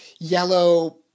yellow